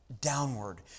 downward